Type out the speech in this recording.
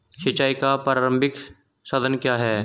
सिंचाई का प्रारंभिक साधन क्या है?